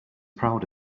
proud